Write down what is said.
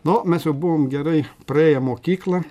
no mes buvom gerai praėję mokyklą